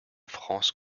france